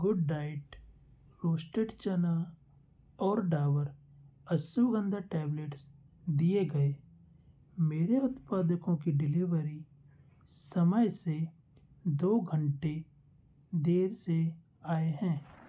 Good Diet roasted चना और Dabur ashwagandha tablets दिए गए मेरे उत्पादकों की डिलीवरी समय से दो घंटे देर से आए हैं